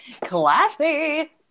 classy